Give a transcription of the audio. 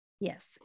Yes